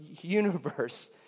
universe